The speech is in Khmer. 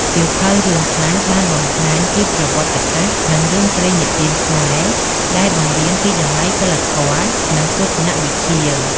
សៀវភៅរឿងខ្លះបានបង្ហាញពីប្រវត្តិសាស្ត្រ និងរឿងព្រេងនិទានខ្មែរ ដែលបង្រៀនពីតម្លៃសីលធម៌ និងទស្សនៈវិជ្ជា។